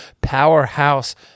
powerhouse